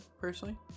personally